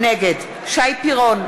נגד שי פירון,